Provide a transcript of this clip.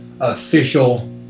official